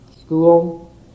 school